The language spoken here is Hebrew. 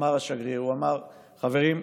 אמר השגריר: חברים,